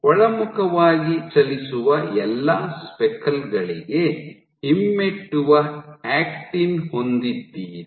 ಒಳಮುಖವಾಗಿ ಚಲಿಸುವ ಎಲ್ಲಾ ಸ್ಪೆಕಲ್ ಗಳಿಗೆ ಹಿಮ್ಮೆಟ್ಟುವ ಆಕ್ಟಿನ್ ಹೊಂದಿದ್ದೀರಿ